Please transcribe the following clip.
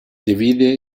divide